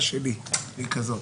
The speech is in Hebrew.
שלי היא כזאת: